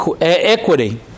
equity